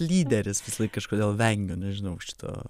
lyderis visalaik kažkodėl vengiu nežinau šito